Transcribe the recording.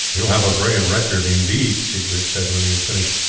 you have a brave record, indeed, siegbert said when he had finished,